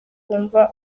wumva